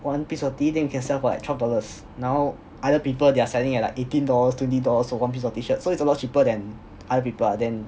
one piece of tee then you can sell for like twelve dollars 然后 other people they are selling it at like eighteen dollars twenty dollars for one piece of T shirt so it's a lot cheaper than other people ah then